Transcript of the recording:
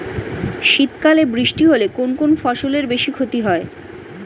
শীত কালে বৃষ্টি হলে কোন কোন ফসলের বেশি ক্ষতি হয়?